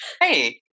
Hey